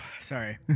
Sorry